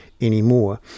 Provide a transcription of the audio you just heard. anymore